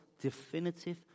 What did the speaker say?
definitive